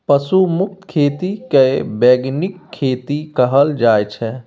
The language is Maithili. पशु मुक्त खेती केँ बीगेनिक खेती कहल जाइ छै